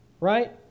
right